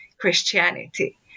Christianity